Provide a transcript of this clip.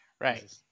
Right